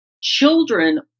children